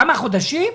כמה חודשים?